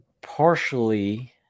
partially